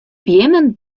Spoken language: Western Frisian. beammen